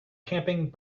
camping